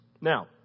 Now